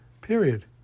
period